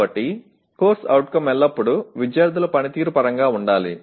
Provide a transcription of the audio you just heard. కాబట్టి CO ఎల్లప్పుడూ విద్యార్థుల పనితీరు పరంగా చెప్పాలి